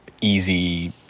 easy